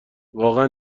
واقعا